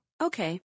Okay